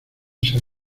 ser